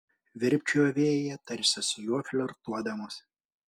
virpčiojo vėjyje tarsi su juo flirtuodamos